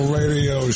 radio